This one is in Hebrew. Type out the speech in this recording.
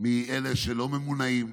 יחסית לעומת אלה שלא ממונעים.